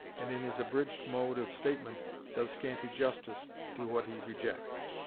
and in his abridged mode of statement does scanty justice to what he rejects.